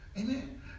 Amen